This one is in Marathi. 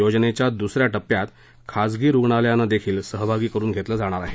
योजनेच्या द्सऱ्या टप्प्यात खासगी रुग्णालयांनादेखील सहभागी करुन घेतलं जाणार आहे